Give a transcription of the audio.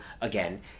again